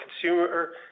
consumer